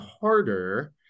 harder